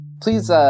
Please